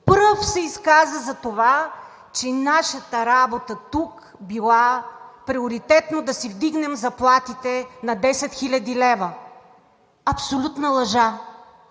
пръв се изказа за това, че нашата работа тук била приоритетно да си вдигнем заплатите на 10 хил. лв. Абсолютна лъжа!